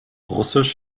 russisch